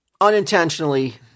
unintentionally